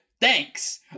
thanks